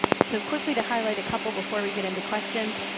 so quickly to highlight a couple before we get into questions.